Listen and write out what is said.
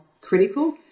critical